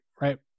right